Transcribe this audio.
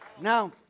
Now